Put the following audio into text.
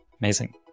Amazing